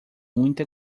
muita